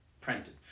printed